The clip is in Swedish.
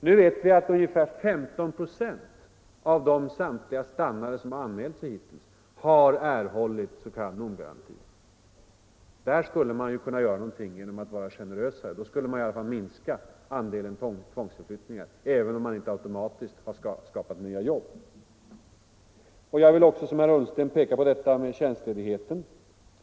Nu vet vi att endast 15 96 av samtliga som hittills har anmält sig som stannare har erhållit NOM-garanti. Där skulle man kunna vara generösare och på så sätt minska antalet tvångsförflyttningar, även om man inte automatiskt har skaffat nya jobb. Jag vill också som herr Ullsten peka på detta med tjänstledigheten.